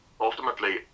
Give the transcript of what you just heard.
ultimately